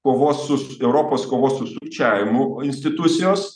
kovos su europos kovos su sukčiavimu institucijos